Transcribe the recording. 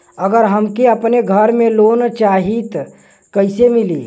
अगर हमके अपने घर पर लोंन चाहीत कईसे मिली?